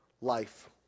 life